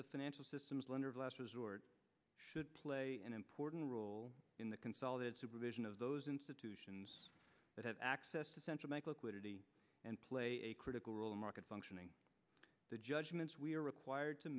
the financial systems lender of last resort should play an important role in the consolidated supervision of those institutions that have access to central bank liquidity and play a critical role in market functioning the judgments we're required to